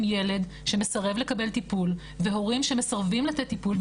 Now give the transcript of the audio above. ילד שמסרב לקבל טיפול והורים שמסרבים לתת טיפול,